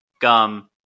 gum